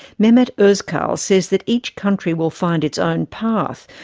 mehmet ozkal says that each country will find its own path,